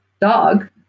dog